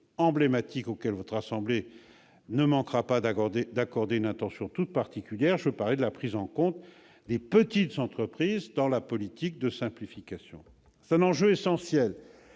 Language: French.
emblématique auquel votre assemblée ne manquera pas d'accorder une attention toute particulière : la prise en compte des petites entreprises dans la politique de simplification. C'est un enjeu essentiel,